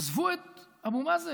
עזבו את אבו מאזן,